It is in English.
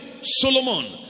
Solomon